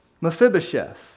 Mephibosheth